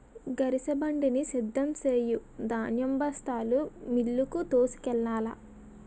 గరిసెబండిని సిద్ధం సెయ్యు ధాన్యం బస్తాలు మిల్లుకు తోలుకెల్లాల